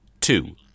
Two